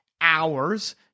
hours